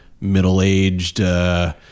middle-aged